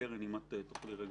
קרן, בבקשה.